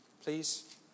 please